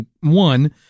one